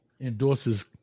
endorses